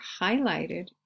highlighted